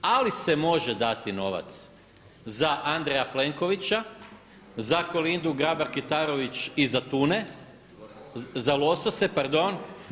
Ali se može dati novac za Andreja Plenkovića, za Kolindu Grabar Kitarović i za tune, za losose pardon.